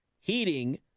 heating